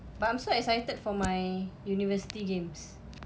but I'm so excited for my university games